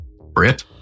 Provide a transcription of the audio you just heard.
Brit